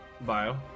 Bio